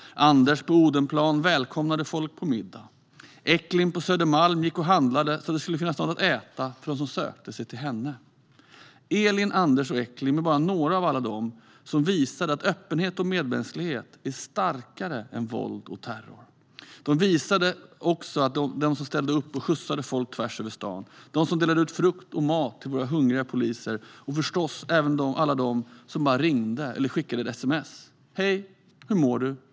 Anders på Odenplan välkomnade folk på middag. Echling på Södermalm gick och handlade så att det skulle finnas något att äta för dem som sökte sig till henne. Elin, Anders och Echling var bara några av alla dem som visade att öppenhet och medmänsklighet är starkare än våld och terror. Det visade också de som ställde upp och skjutsade folk tvärs över staden, de som delade ut frukt och mat till våra hungriga poliser och förstås även alla de som bara ringde eller skickade ett sms: "Hej! Hur mår du?